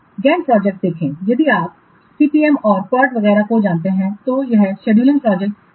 जैसे Gantt project देखें यदि आप CPM और PERT वगैरह को जानते हैं तो यह शेड्यूलिंग प्रोजेक्ट शेड्यूलिंग को हैंडल कर सकता है